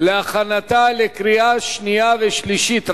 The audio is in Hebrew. להכנתה לקריאה שנייה ושלישית.